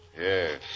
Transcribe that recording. Yes